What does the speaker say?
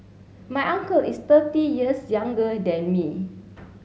my uncle is thirty years younger than me